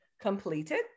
completed